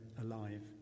alive